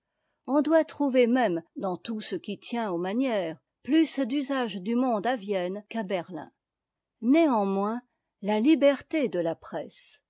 on doit trouver même dans tout ce qui tient aux manières plus d'usage du monde à vienne qu'à berlin néanmoins la liberté de la presse